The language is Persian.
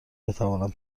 بتوانم